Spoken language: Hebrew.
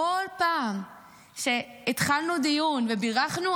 כל פעם שהתחלנו דיון ובירכנו,